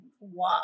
wow